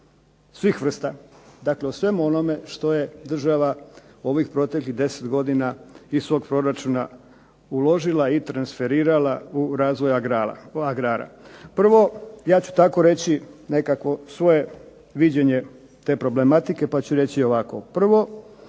svih vrsta. Dakle, o svemu onome što je država ovih proteklih 10 godina iz svog proračuna uložila i transferirala u razvoj agrara. Prvo, ja ću tako reći nekakvo svoje viđenje te problematike, pa ću reći ovako. Prvo,